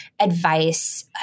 advice